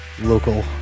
local